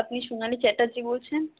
আপনি সোনালি চ্যাটার্জী বলছেন